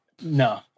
No